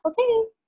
okay